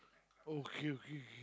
okay okay